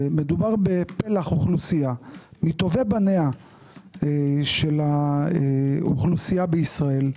מדובר בפלח אוכלוסייה מטובי בניה של האוכלוסייה בישראל,